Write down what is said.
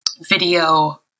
video